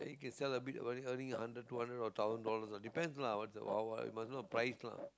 can sell a bit earning earning a hundred two hundred or thousand dollars depends lah but uh must know the price lah